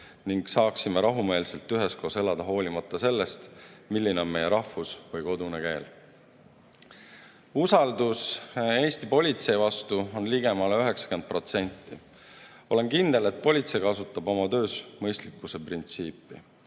ning saaksime rahumeelselt üheskoos elada, hoolimata sellest, milline on meie rahvus või kodune keel. Usaldus Eesti politsei vastu on ligemale 90%. Olen kindel, et politsei kasutab oma töös mõistlikkuse printsiipi.